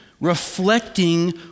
reflecting